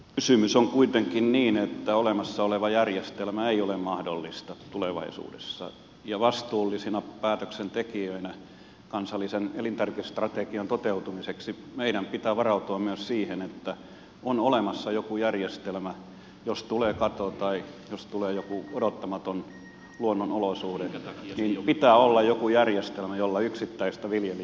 kysymys on kuitenkin siitä että olemassa oleva järjestelmä ei ole mahdollinen tulevaisuudessa ja vastuullisina päätöksentekijöinä kansallisen elintarvikestrategian toteutumiseksi meidän pitää varautua myös siihen että on olemassa joku järjestelmä jos tulee kato tai jos tulee joku odottamaton luonnonolosuhde jolla yksittäistä viljelijää voidaan auttaa